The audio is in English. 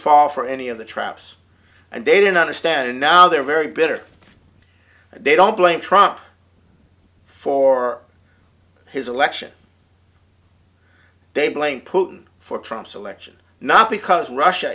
fall for any of the traps and they didn't understand and now they're very bitter and they don't blame trump for his election they blamed putin for trump selection not because russia